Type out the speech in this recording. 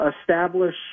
establish